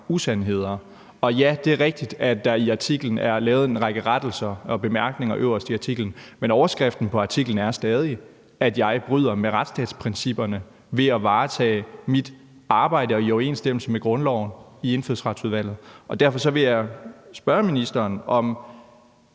usandheder. Og ja, det er rigtigt, at der i artiklen er lavet en række rettelser og bemærkninger øverst i artiklen, men overskriften på artiklen er stadig, at jeg bryder med retsstatsprincipperne ved at varetage mit arbejde i overensstemmelse med grundloven i Indfødsretsudvalget. Derfor vil jeg spørge ministeren, om